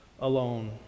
alone